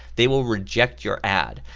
they will reject your ad.